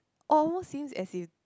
almost seems as if